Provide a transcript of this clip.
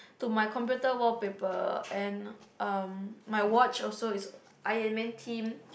to my computer wallpaper and um my watch also is Iron-man themed